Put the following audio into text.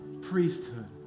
priesthood